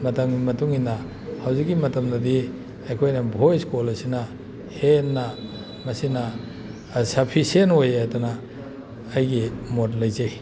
ꯃꯇꯝꯒꯤ ꯃꯇꯨꯡ ꯏꯟꯅ ꯍꯧꯖꯤꯛꯀꯤ ꯃꯇꯝꯗꯗꯤ ꯑꯩꯈꯣꯏꯅ ꯚꯣꯏꯁ ꯀꯣꯜ ꯑꯁꯤꯅ ꯍꯦꯟꯅ ꯃꯁꯤꯅ ꯁꯐꯤꯁꯦꯟ ꯑꯣꯏ ꯍꯥꯏꯗꯅ ꯑꯩꯒꯤ ꯃꯣꯠ ꯂꯩꯖꯩ